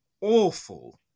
awful